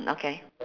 okay